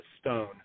stone